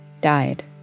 died